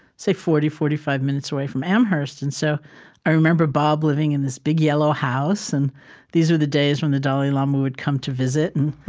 say, forty, forty five minutes away from amherst. and so i remember bob living in this big yellow house. and these are the days when the dalai lama would come to visit and,